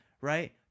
right